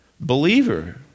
Believer